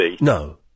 No